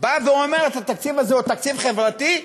באה ואומרת: התקציב הזה הוא תקציב חברתי,